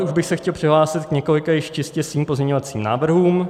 Dále bych se chtěl přihlásit k několika již čistě svým pozměňujícím návrhům.